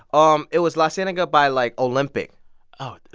um it was la so cienega by, like, olympic oh,